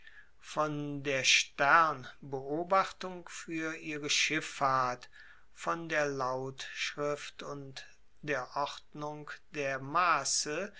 von der sternbeobachtung fuer ihre schiffahrt von der lautschrift und der ordnung der masse